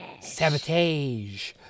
Sabotage